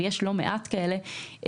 ויש לא מעט כאלה,